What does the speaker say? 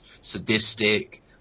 sadistic